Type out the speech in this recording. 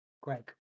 Greg